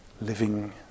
living